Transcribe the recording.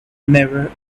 never